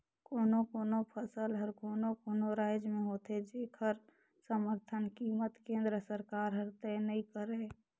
कोनो कोनो फसल हर कोनो कोनो रायज में होथे जेखर समरथन कीमत केंद्र सरकार हर तय नइ करय